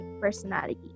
personality